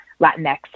Latinx